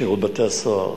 שירות בתי-הסוהר,